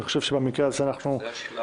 אני חושב שבמקרה הזה אנחנו --- זה הזמן